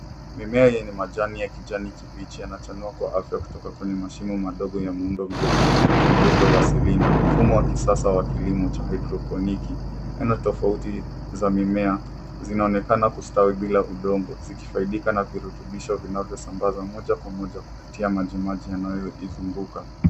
Mimea yenye majani ya kijani kibichi yana chanua kwa afya kutoka kwenye mashimo madogo ya muundo mrefu na mweupe wa silinda. Mfumo wa kisasa wa[cs ] hydroponic[cs ]. Aina tofauti za mimea zinaonekana kustawi bila udongo zikifaidika na virutubisho vinavyo sambazwa moja kwa moja kupitia maji maji yanayo izunguka.